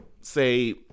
say